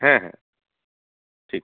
হ্যাঁ হ্যাঁ ঠিক